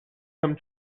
come